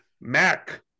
Mac